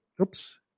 Oops